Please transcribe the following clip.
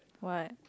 what